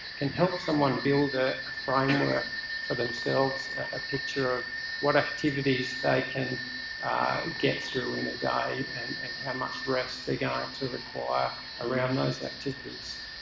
can help someone build a framework for themselves. a picture of what activities they can get through in a day, and and how much rest they're going to require around those activities.